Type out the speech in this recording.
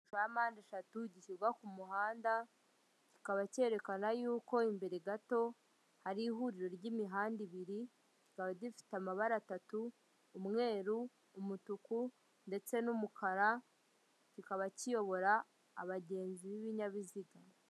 Icyapa cya mpande eshatu gishyirwa ku muhanda, kikaba cyerekana yuko imbere gato hari ihuriro ry'imihanda ibiri. Kikaba gifite amabara atatu umweru, umutuku ndetse n'umukara. Kikaba kiyobora abagenzi n'ibinyabiziga.